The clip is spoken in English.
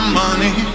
money